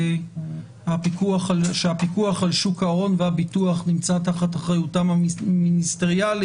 שהפיקוח על שוק ההון והביטוח נמצא תחת אחריותם המיניסטריאלית.